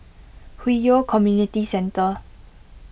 Hwi Yoh Community Centre